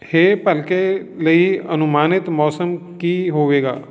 ਹੇ ਭਲਕੇ ਲਈ ਅਨੁਮਾਨਿਤ ਮੌਸਮ ਕੀ ਹੋਵੇਗਾ